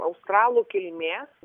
australų kilmės